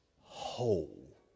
whole